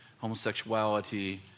homosexuality